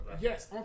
Yes